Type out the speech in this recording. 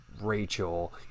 rachel